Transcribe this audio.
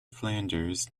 flanders